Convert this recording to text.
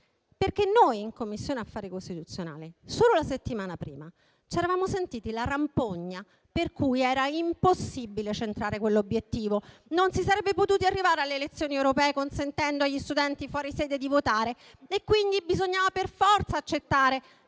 denunciare. In Commissione affari costituzionali solo la settimana prima ci eravamo sentiti la rampogna per cui era impossibile centrare quell'obiettivo. Non si sarebbe potuti arrivare alle elezioni europee consentendo agli studenti fuori sede di votare e, quindi, bisognava per forza accettare